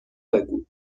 بگو